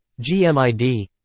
gmid